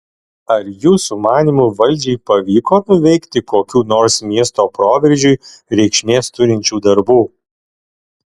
ar jūsų manymu valdžiai pavyko nuveikti kokių nors miesto proveržiui reikšmės turinčių darbų